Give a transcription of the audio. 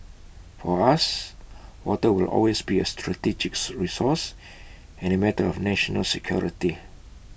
for us water will always be A strategic resource and A matter of national security